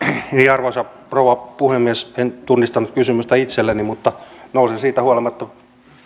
arvoisa rouva puhemies en tunnistanut kysymystä itselleni mutta nousin siitä huolimatta